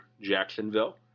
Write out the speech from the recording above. Jacksonville